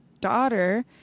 daughter